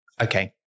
okay